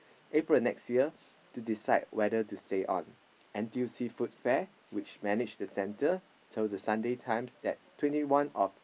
April next year to decide whether to stay on N_T_U_C Foodfare which manage the center told the Sunday Times that twenty one of